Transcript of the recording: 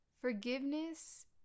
Forgiveness